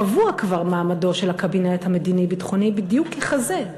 קבוע כבר מעמדו של הקבינט המדיני-ביטחוני בדיוק ככזה,